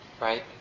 right